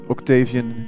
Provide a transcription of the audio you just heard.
Octavian